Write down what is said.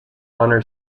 honor